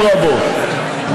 לא,